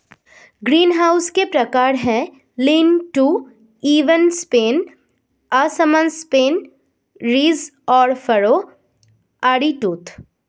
greenhouse के प्रकार है, लीन टू, इवन स्पेन, असमान स्पेन, रिज और फरो, आरीटूथ